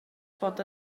bod